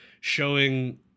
showing